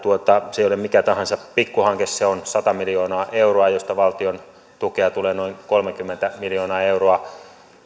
se ei ole mikä tahansa pikkuhanke se on sata miljoonaa euroa josta valtiontukea tulee noin kolmekymmentä miljoonaa euroa